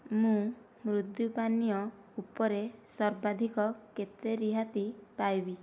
ମୁଁ ମୃଦୁ ପାନୀୟ ଉପରେ ସର୍ବାଧିକ କେତେ ରିହାତି ପାଇବି